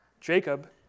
Jacob